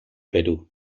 perú